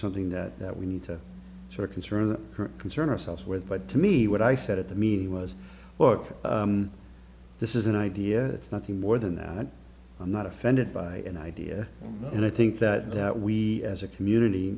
something that that we need to sort of concern concern ourselves with but to me what i said at the me was books this is an idea it's nothing more than that i'm not offended by an idea and i think that we as a community